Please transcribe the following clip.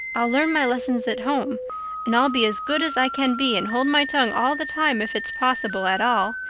i'll learn my lessons at home and i'll be as good as i can be and hold my tongue all the time if it's possible at all.